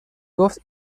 گفت